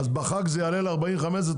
אז אם בחג אם זה יעלה ל-45 ₪,